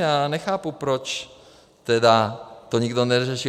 Já nechápu, proč teda to nikdo neřešil.